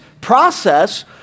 process